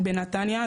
בנתניה,